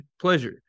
pleasure